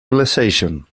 glaciation